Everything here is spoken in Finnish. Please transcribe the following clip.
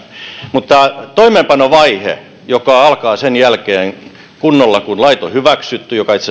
mutta toimeenpanovaihe joka alkaa sen jälkeen kunnolla kun lait on hyväksytty joka itse